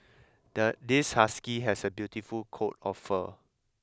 the this husky has a beautiful coat of fur